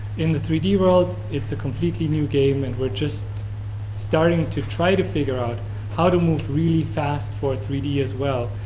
in the three d world, it's a completely new game and we're just staring to try to figure out how to move really fast for three d as well.